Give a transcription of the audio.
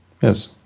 Yes